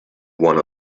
one